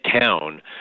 town